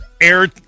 air